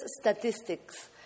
statistics